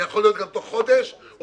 זה יכול להיות גם תוך חודש או,